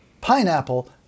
pineapple